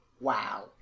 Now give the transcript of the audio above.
Wow